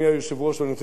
כי היא חשובה גם לך.